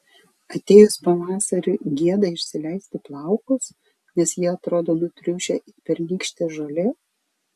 atėjus pavasariui gėda išsileisti plaukus nes jie atrodo nutriušę it pernykštė žolė